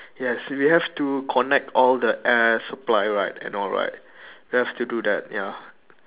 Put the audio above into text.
yes if we have to connect all the air supply right and all right we have to do that ya